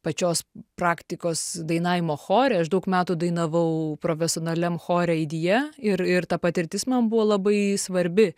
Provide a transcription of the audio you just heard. pačios praktikos dainavimo chore aš daug metų dainavau profesionaliam chore aidija ir ir ta patirtis man buvo labai svarbi